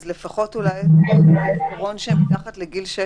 אז אולי כדאי לפחות לבטא את העיקרון שמתחת לגיל 16